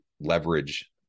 leverage